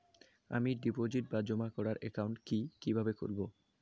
আমি ডিপোজিট বা জমা করার একাউন্ট কি কিভাবে খুলবো?